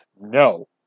No